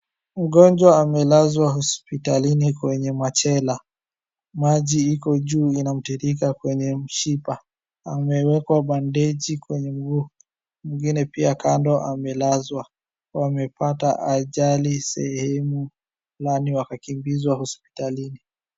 Mgonjwa amelazwa hospitalini kwenye machela, maji iko juu inamtiririka kwenye mshipa. Amewekwa bandeji kwenye mguu mwingine pia kando amelazwa. Wamepata ajali sehemu fulani wakakimbizwa hospitalini.